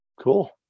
Cool